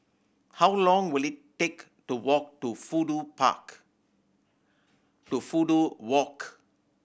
how long will it take to walk to Fudu Park to Fudu Walk